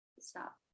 Stop